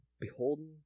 beholden